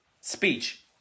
speech